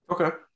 okay